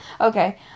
Okay